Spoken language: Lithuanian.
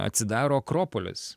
atsidaro akropolis